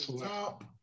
top